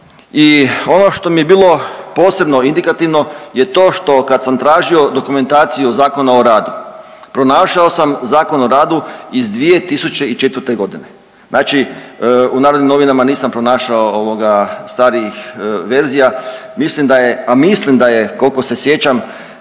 I ono što mi je bilo posebno indikativno je to što kad sam tražio dokumentaciju ZOR-a pronašao sam ZOR iz 2004.g., znači u Narodnim Novinama nisam pronašao ovoga starijih verzija, mislim da je, a mislim